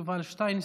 יובל שטייניץ,